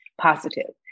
positive